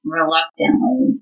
reluctantly